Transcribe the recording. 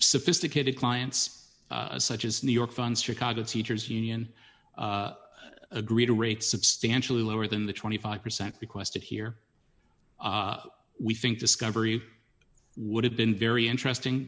sophisticated clients such as new york funds chicago teachers union agreed to rate substantially lower than the twenty five percent requested here we think discovery would have been very interesting